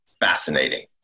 fascinating